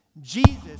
Jesus